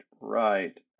right